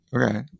okay